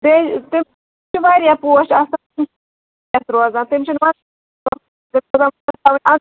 واریاہ پوش روزان تِم چھِنہٕ